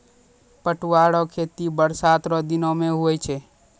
पटुआ रो खेती बरसात रो दिनो मे हुवै छै